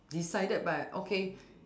decided by okay